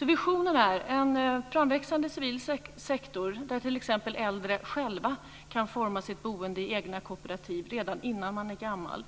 Visionen är en framväxande civil sektor där t.ex. äldre själva kan forma sitt boende i egna kooperativ redan innan de är gamla,